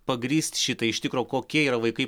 pagrįst šitai iš tikro kokie yra vaikai